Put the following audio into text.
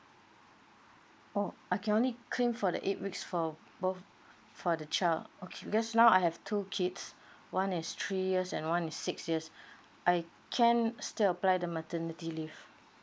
oh I can only claim for the eight weeks for both for the child okay because now I have two kids one is three years and one is six years I can still apply the maternity leave